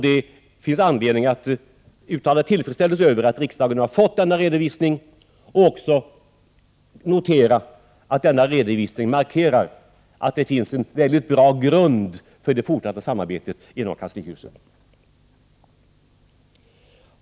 Det finns anledning att uttala tillfredsställelse över att riksdagen har fått denna redovisning och att notera att denna redovisning markerar att det finns en mycket bra grund för det fortsatta samarbetet inom kanslihuset.